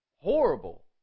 Horrible